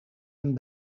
een